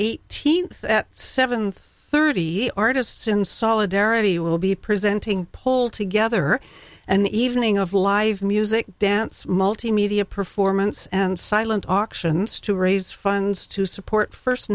eighteenth at seven thirty artists in solidarity will be presenting pull together an evening of live music dance multimedia performance and silent auctions to raise funds to support first